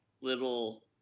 little